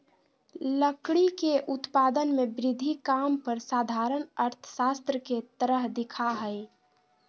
लकड़ी के उत्पादन में वृद्धि काम पर साधारण अर्थशास्त्र के तरह दिखा हइ